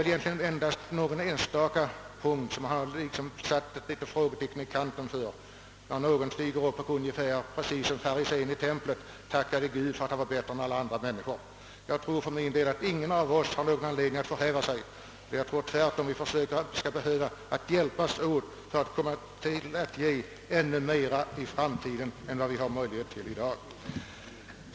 Det är endast på någon enstaka punkt som jag satt något litet frågetecken i kanten, nämligen när någon stigit upp och ungefär liksom farisén i templet tackat Gud för att han var bättre än alla andra människor. Jag tror att ingen av oss har anledning att förhäva sig. Vi skall tvärtom försöka hjälpas åt för att kunna ge ännu mera i framtiden än vi har möjlighet till i dag.